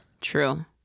True